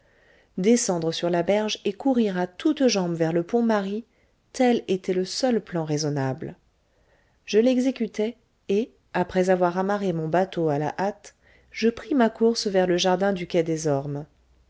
descendre sur la berge et courir à toutes jambes vers le pont marie tel était le seul plan raisonnable je l'exécutai et après avoir amarré mon bateau à la hâte je pris ma course vers le jardin du quai des ormes